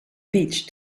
beach